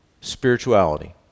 spirituality